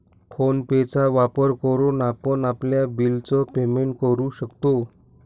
phone पे चा वापर करून आपण आपल्या बिल च पेमेंट करू शकतो